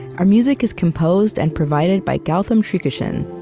our music is composed and provided by gautam srikishan.